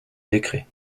décret